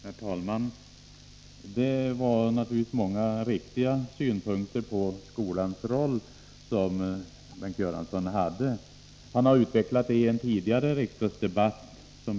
Herr talman! Det var många viktiga synpunkter på skolans roll som Bengt Göransson anförde. Han har utvecklat dem i en tidigare riksdagsdebatt.